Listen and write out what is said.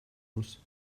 muss